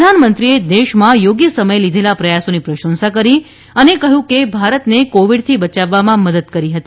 પ્રધાનમંત્રીએ દેશમાં યોગ્ય સમયે લીધેલા પ્રયાસોની પ્રશંસા કરી અને કહ્યું કે ભારતને કોવિડથી બચાવવામાં મદદ કરી હતી